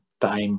time